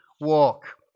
walk